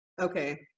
okay